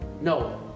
No